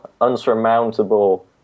unsurmountable